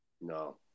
No